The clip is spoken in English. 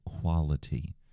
quality